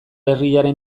herriaren